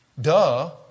Duh